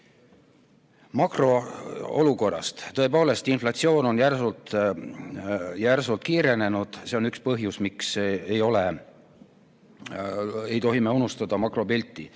Makroolukorrast. Tõepoolest, inflatsioon on järsult kiirenenud, see on üks põhjusi, miks me ei tohi unustada makropilti.